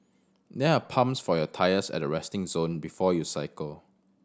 there are pumps for your tyres at the resting zone before you cycle